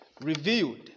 revealed